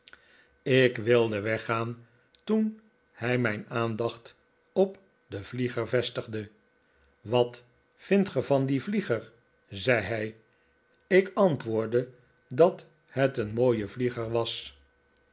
ik wilde weggaan toen hij mijn aandacht op den vlieger vestigde wat vindt ge van dien vlieger zei hij ik antwoordde dat het een mooie vlieger was